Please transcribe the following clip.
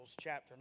chapter